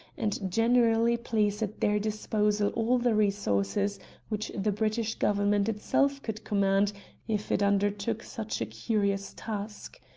and generally place at their disposal all the resources which the british government itself could command if it undertook such a curious task.